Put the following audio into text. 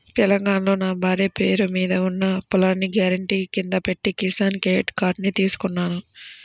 తెలంగాణాలో నా భార్య పేరు మీద ఉన్న పొలాన్ని గ్యారెంటీ కింద పెట్టి కిసాన్ క్రెడిట్ కార్డుని తీసుకున్నాను